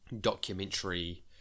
documentary